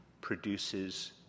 produces